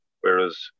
whereas